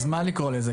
אז איך לקרוא לזה?